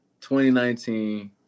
2019